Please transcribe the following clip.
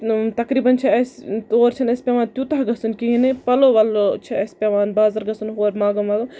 تَٮقریٖبَن چھُ اَسہِ تور چھُنہٕ اَسہِ پٮ۪وان تیوٗتاہ گژھُن کِہیٖنۍ نہٕ پَلو وَلو چھِ اَسہِ پٮ۪وان بازر گژھُن ہور ماگم واگم